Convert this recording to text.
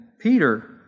Peter